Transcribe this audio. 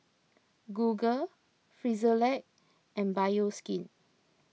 Google Frisolac and Bioskin